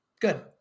Good